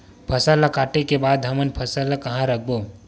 फसल ला काटे के बाद हमन फसल ल कहां रखबो?